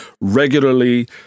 regularly